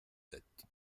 sept